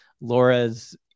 Laura's